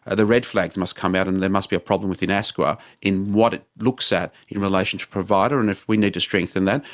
ah the red flags must come out, and there must be a problem within asqa in what it looks at in relation to the provider. and if we need to strengthen that,